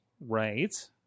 Right